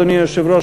אדוני היושב-ראש,